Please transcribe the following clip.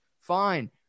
fine